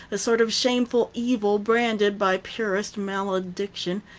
a sort of shameful evil branded by purist malediction,